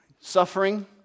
suffering